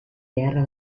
beharra